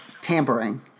tampering